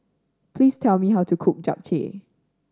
please tell me how to cook Japchae